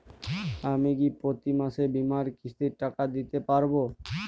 আমি কি প্রতি মাসে বীমার কিস্তির টাকা দিতে পারবো?